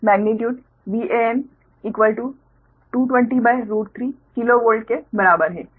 magnitude Van2203 kilovolt के बराबर है